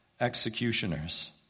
executioners